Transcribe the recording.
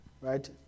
right